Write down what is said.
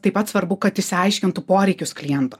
taip pat svarbu kad išsiaiškintų poreikius kliento